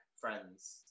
friends